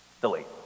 Delete